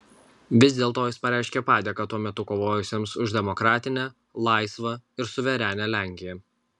vis dėlto jis pareiškė padėką tuo metu kovojusiems už demokratinę laisvą ir suverenią lenkiją